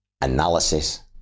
analysis